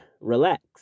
relax